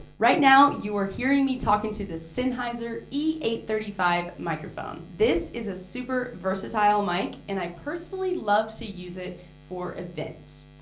right now you are hearing me talk into the sennheiser e eight three five microphone. this is a super versatile mic and i personally love to use it for events.